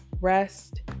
rest